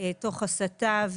תוך הסתה,